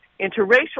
interracial